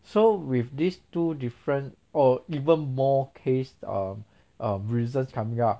so with these two different or even more case um um reasons coming up